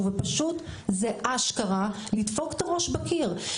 ופשוט זה "אשכרה" לדפוק את הראש בקיר.